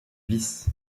vis